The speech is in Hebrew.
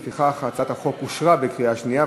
לפיכך הצעת החוק אושרה בקריאה שנייה.